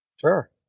Sure